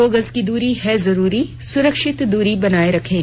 दो गज की दूरी है जरूरी सुरक्षित दूरी बनाए रखें